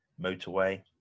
motorway